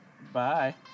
Bye